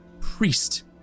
Priest